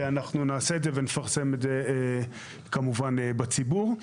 ואנחנו נעשה את זה ונפרסם את זה כמובן בציבור.